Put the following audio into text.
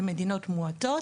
למדינות מועטות,